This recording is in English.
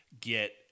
Get